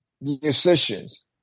musicians